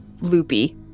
loopy